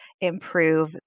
improve